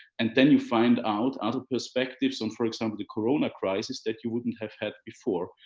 and then you find out other perspectives on, for example, the corona crisis, that you wouldn't have had before.